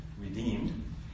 redeemed